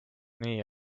nii